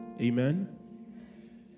Amen